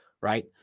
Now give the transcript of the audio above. right